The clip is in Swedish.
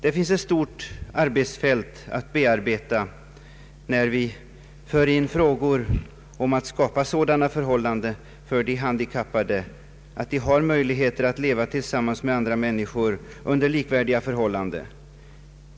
Det finns ett stort fält att bearbeta, när det gäller att skapa sådana förhållanden för de handikappade att de har möjligheter att leva tillsammans med andra människor under likvärdiga förhållanden.